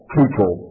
people